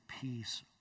Peace